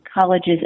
colleges